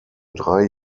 drei